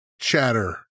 chatter